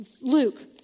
Luke